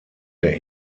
der